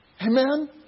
Amen